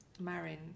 Marin